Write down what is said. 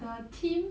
the theme